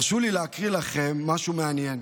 הרשו לי להקריא לכם משהו מעניין,